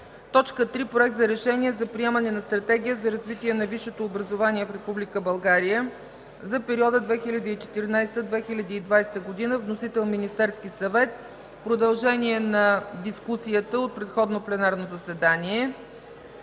3. Проект на решение за приемане на Стратегия за развитие на висшето образование в Република България за периода 2014 – 2020 г. Вносител: Министерски съвет – продължение на дискусията от предходно пленарно заседание.